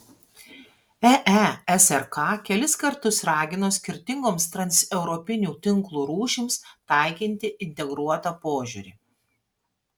eesrk kelis kartus ragino skirtingoms transeuropinių tinklų rūšims taikyti integruotą požiūrį